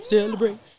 Celebrate